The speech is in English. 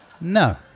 No